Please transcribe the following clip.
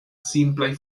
simplaj